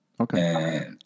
Okay